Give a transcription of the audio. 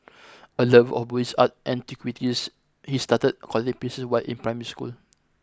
a lover of Buddhist art and antiquities he started collecting pieces while in primary school